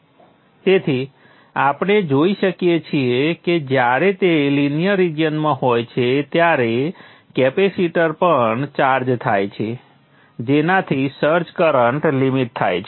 તેથી આપણે જોઈ શકીએ છીએ કે જ્યારે તે લિનિયર રીજીયનમાં હોય છે ત્યારે કેપેસિટર પણ ચાર્જ થાય છે જેનાથી સર્જ કરંટ લિમિટ થાય છે